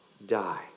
Die